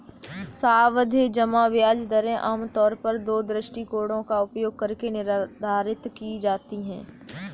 सावधि जमा ब्याज दरें आमतौर पर दो दृष्टिकोणों का उपयोग करके निर्धारित की जाती है